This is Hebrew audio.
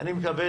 אני מקווה